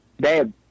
Dad